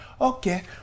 Okay